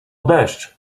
deszcz